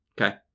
Okay